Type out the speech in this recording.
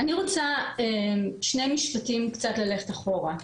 רוצה בשני משפטים קצת ללכת אחורה.